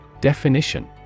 Definition